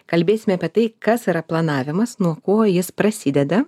kalbėsime apie tai kas yra planavimas nuo ko jis prasideda